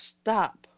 stop